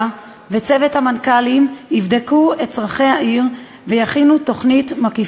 וצוות המנכ"לים יבדקו את צורכי העיר אילת